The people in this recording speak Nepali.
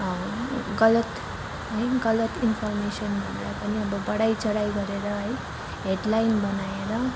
गलत है गलत इन्फरमेसनहरूलाई पनि अब बढाई चढाई गरेर है हेड लाइन बनाएर